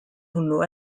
hwnnw